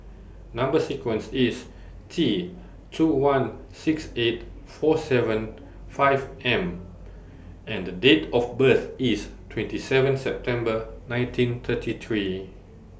Number sequence IS T two one six eight four seven five M and Date of birth IS twenty seven September nineteen thirty three